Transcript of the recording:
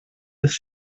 ist